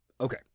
Okay